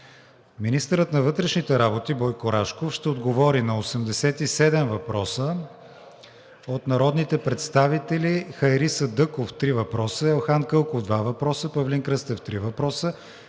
Министърът на вътрешните работи Бойко Рашков ще отговори на 87 въпроса от народните представители Хайри Садъков (три въпроса); Елхан Кълков (два въпроса); Павлин Кръстев (три въпроса);